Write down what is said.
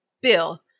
Bill